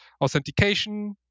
authentication